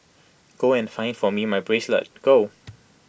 go and find for me my bracelet go